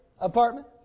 apartment